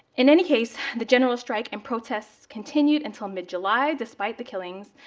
in any case, the general strike and protests continued until mid july despite the killings.